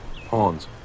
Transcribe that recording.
pawns